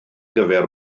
gyfer